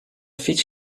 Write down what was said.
fiets